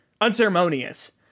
unceremonious